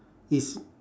is